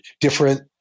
different